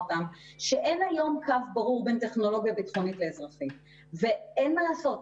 שאין היום קו ברור בין טכנולוגיה ביטחונית לאזרחית ואין מה לעשות,